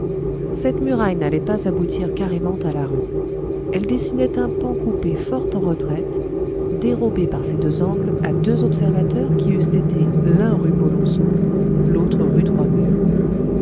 cette muraille n'allait pas aboutir carrément à la rue elle dessinait un pan coupé fort en retraite dérobé par ses deux angles à deux observateurs qui eussent été l'un rue polonceau l'autre rue